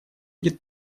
будет